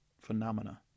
Phenomena